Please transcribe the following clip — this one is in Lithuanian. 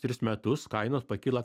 tris metus kainos pakyla